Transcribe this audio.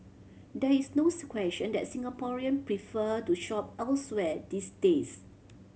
there is nose question that Singaporean prefer to shop elsewhere these days